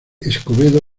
escobedo